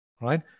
Right